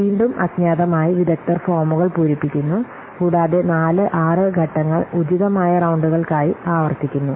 വീണ്ടും അജ്ഞാതമായി വിദഗ്ദ്ധർ ഫോമുകൾ പൂരിപ്പിക്കുന്നു കൂടാതെ 4 6 ഘട്ടങ്ങൾ ഉചിതമായ റൌണ്ടുകൾക്കായി ആവർത്തിക്കുന്നു